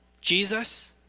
Jesus